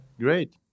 Great